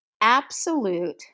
absolute